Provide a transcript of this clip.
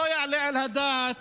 לא יעלה על הדעת